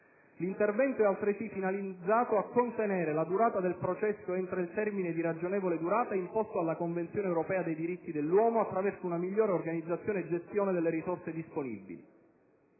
L'intervento è altresì finalizzato a contenere la durata del processo entro il termine di ragionevole durata imposto dalla Convenzione europea dei diritti dell'uomo, attraverso una migliore organizzazione e gestione delle risorse disponibili.